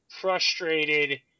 frustrated